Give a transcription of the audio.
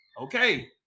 okay